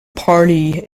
party